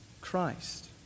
Christ